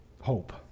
hope